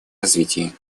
развитии